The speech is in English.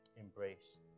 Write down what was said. embrace